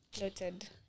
Noted